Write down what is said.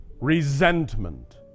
resentment